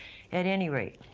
at any rate,